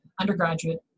undergraduate